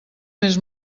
més